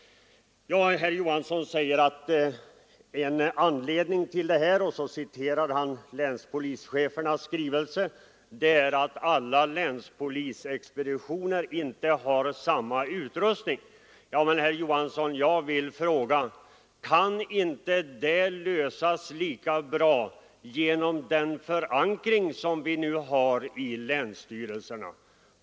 Herr Johansson citerade också ett stycke ur länspolischefernas skrivelse och sade att det är en nackdel att man inte på alla expeditioner har samma utrustning. Men, herr Johansson, kan inte det problemet lösas lika bra genom den förankring vi nu har i länsstyrelserna?